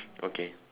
okay